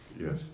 Yes